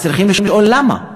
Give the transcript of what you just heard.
אז צריכים לשאול: למה?